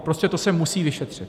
Prostě to se musí vyšetřit!